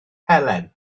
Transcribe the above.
helen